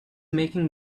making